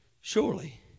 Surely